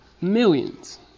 Millions